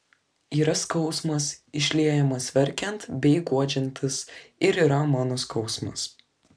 yra skausmas išliejamas verkiant bei guodžiantis ir yra mano skausmas